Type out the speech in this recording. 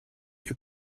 you